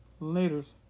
Laters